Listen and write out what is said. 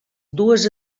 dues